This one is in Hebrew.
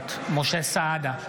נוכחת משה סעדה,